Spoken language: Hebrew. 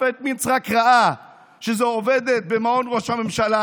השופט מינץ רק ראה שזאת עובדת במעון ראש הממשלה,